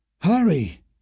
hurry